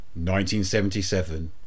1977